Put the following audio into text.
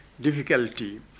difficulty